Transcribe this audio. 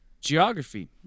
Geography